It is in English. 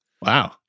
Wow